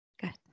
Good